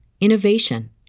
innovation